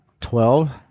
Twelve